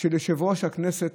של יושב-ראש הכנסת,